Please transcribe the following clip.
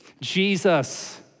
Jesus